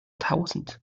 tausend